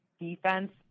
defense